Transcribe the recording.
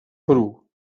perú